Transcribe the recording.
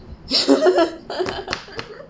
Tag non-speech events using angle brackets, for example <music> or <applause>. <laughs>